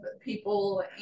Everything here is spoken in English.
people